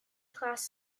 class